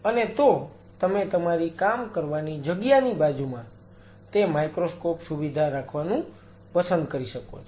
અને તો તમે તમારી કામ કરવાની જગ્યાની બાજુમાં ત્યાં તે માઈક્રોસ્કોપ સુવિધા રાખવાનું પસંદ કરી શકો છો